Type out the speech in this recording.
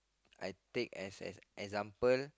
I take as as example